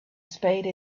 spade